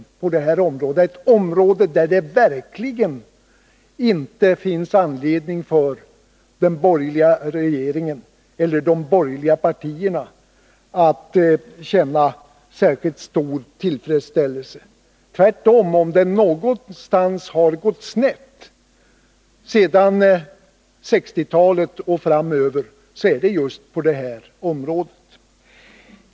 Och när det gäller det här området finns det verkligen ingen anledning för de borgerliga partierna att känna särskilt stor tillfredställelse — tvärtom. Om det någonstans har gått snett sedan 1960-talet och framöver så är det just inom byggnadsindustrin.